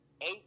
eight